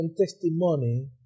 testimony